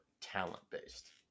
talent-based